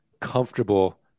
comfortable